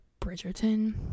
Bridgerton